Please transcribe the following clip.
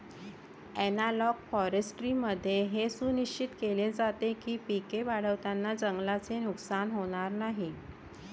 analogue फॉरेस्ट्रीमध्ये हे सुनिश्चित केले जाते की पिके वाढवताना जंगलाचे नुकसान होणार नाही